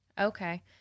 Okay